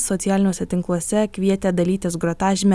socialiniuose tinkluose kvietė dalytis grotažime